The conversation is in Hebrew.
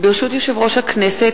ברשות יושב-ראש הכנסת,